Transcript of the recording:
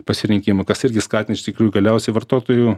pasirinkimui kas irgi skatina iš tikrųjų galiausiai vartotojų